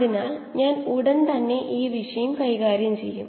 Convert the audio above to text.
അതിനാൽ 𝜌𝑖 ഉം𝜌𝑜 ഒഴിവാക്കാം